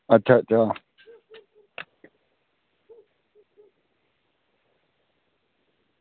अच्छा अच्छा